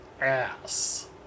ass